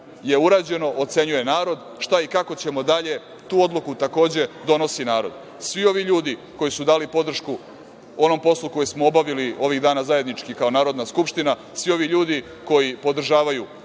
je urađeno ocenjuje narod, šta i kako ćemo dalje tu odluku takođe donosi narod. Svi ovi ljudi koji su dali podršku onom poslu koji smo obavili ovih dana zajednički kao Narodna skupština, svi ovi ljudi koji podržavaju